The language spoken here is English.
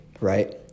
right